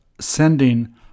sending